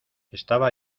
estaba